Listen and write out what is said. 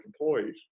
employees